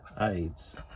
aids